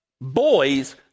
boys